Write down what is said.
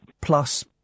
plus